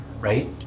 right